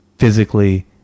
Physically